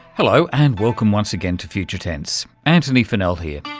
hello, and welcome once again to future tense, antony funnell here.